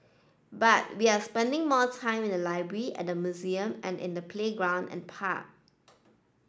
but we are spending more time in the library at museum and in the playground and park